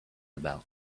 about